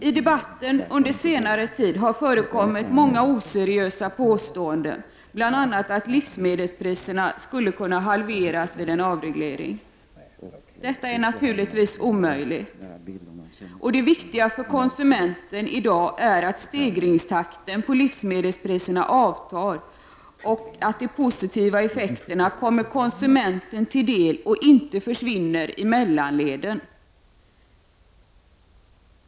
I debatten har under senare tid förekommit många oseriösa påståenden, bl.a. att livsmedelspriserna skulle kunna halveras vid en avreglering. Detta är naturligtvis omöjligt, och det viktiga för konsumenten är i dag att stegringstakten på livsmedelspriserna avtar och att de positiva effekterna kommer konsumenten till del och inte försvinner i mellanleden.